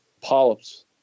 polyps